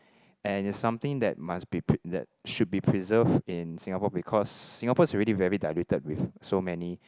and it's something that must be pr~ that should be preserved in Singapore because Singapore is already very diluted with so many